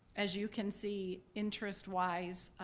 as you can see, interest wise,